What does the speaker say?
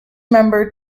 member